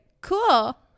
cool